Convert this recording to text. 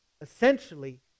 essentially